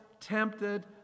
tempted